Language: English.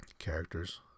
characters